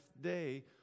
day